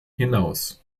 hinaus